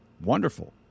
Wonderful